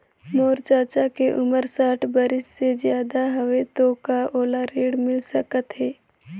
मोर चाचा के उमर साठ बरिस से ज्यादा हवे तो का ओला ऋण मिल सकत हे?